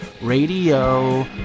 Radio